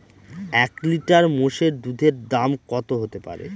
এক লিটার মোষের দুধের দাম কত হতেপারে?